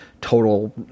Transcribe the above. total